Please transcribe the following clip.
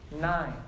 nine